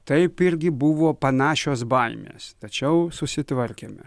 taip irgi buvo panašios baimės tačiau susitvarkėme